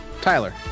Tyler